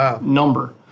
number